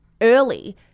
early